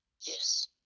Yes